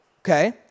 okay